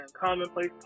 Commonplace